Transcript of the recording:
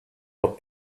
what